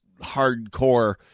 hardcore